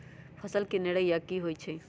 फसल के निराया की होइ छई?